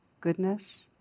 goodness